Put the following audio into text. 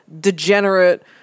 degenerate